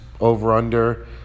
Over-under